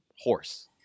horse